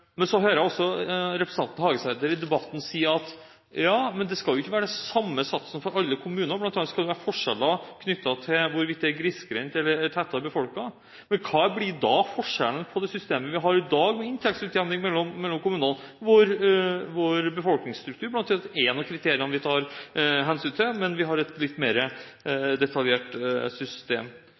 Men så hører jeg også representanten Hagesæter i debatten si: Ja, men det skal ikke være den samme satsen for alle kommuner, bl.a. skal det være forskjeller knyttet til hvorvidt kommunen er grisgrendt eller tettere befolket. Men hva blir da forskjellen på det systemet vi har i dag med inntektsutjevning mellom kommunene, hvor befolkningsstruktur bl.a. er et av kriteriene vi tar hensyn til, men vi har et litt mer detaljert system.